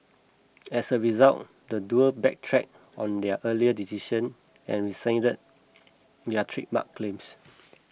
as a result the duo backtracked on their earlier decision and rescinded their trademark claims